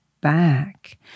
back